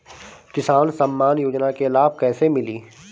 किसान सम्मान योजना के लाभ कैसे मिली?